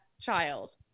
child